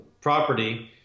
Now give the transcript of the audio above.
property